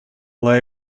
lay